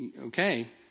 Okay